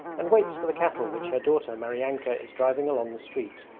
and waits for the cattle which her daughter maryanka is driving along the street.